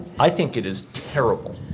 i think it is terrible,